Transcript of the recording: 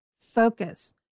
focus